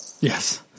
Yes